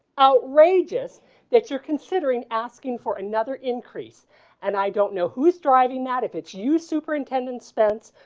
outrageous that you're considering asking for another increase and i don't know who is driving that if it's you superintendent spence,